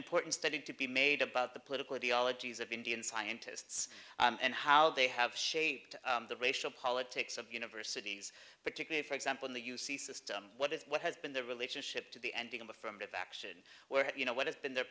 important study to be made about the political ideologies of indian scientists and how they have shaped the racial politics of universities particularly for example in the u c system what is what has been the relationship to the ending of affirmative action where you know what has been their